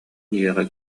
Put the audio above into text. дьиэҕэ